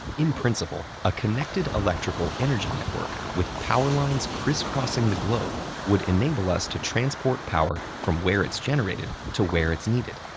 in principle, a connected electrical energy network with power lines crisscrossing the globe would enable us to transport power from where it's generated to where it's needed.